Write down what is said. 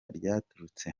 ryaturutse